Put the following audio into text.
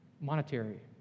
monetary